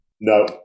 No